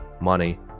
money